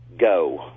go